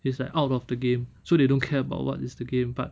it's like out of the game so they don't care about what is the game but